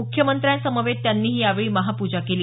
मुख्यमंत्र्यांसमवेत त्यांनीही यावेळी महापूजा केली